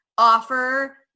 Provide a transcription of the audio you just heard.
Offer